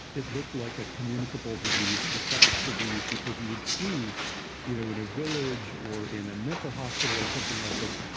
it looked like a communicable disease and infectious disease because you would see you know in a village or in a mental hospital or something like this,